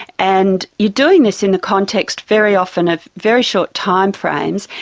and you're doing this in the context very often of very short timeframes,